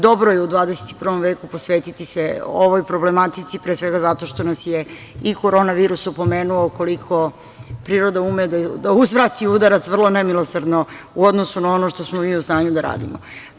Dobro je u 21. veku posvetiti se ovoj problematici, pre svega zato što nas je i korona virus opomenuo koliko priroda ume da uzvrati udarac vrlo nemilosrdno u odnosu na ono što smo mi u stanju da radimo.